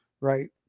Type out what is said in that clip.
right